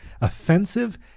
offensive